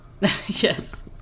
Yes